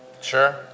Sure